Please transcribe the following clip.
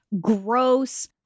gross